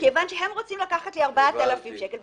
מכיוון שהם רוצים לקחת לי 4,000 שקל.